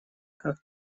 как